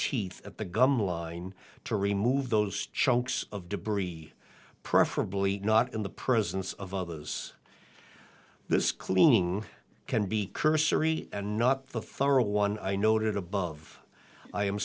teeth at the gum line to remove those chunks of debris preferably not in the presence of others this cleaning can be cursory and not the federal one i noted above i am